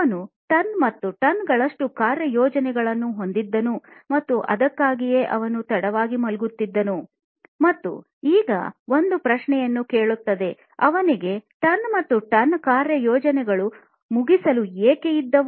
ಅವನು ಟನ್ ಮತ್ತು ಟನ್ ಗಳಷ್ಟು ಕಾರ್ಯಯೋಜನೆಗಳನ್ನು ಹೊಂದಿದ್ದನು ಮತ್ತು ಅದಕ್ಕಾಗಿಯೇ ಅವನು ತಡವಾಗಿ ಮಲಗಿದ್ದನು ಮತ್ತು ಈಗ ಅದು ಒಂದು ಪ್ರಶ್ನೆಯನ್ನು ಕೇಳುತ್ತದೆ ಅವನಿಗೆ ಟನ್ ಮತ್ತು ಟನ್ ಕಾರ್ಯಯೋಜನೆಗಳು ಮುಗಿಸಲು ಏಕೆ ಇದ್ದವು